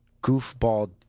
goofball